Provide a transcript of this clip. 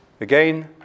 Again